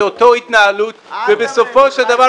זו אותה התנהלות ובסופו של דבר,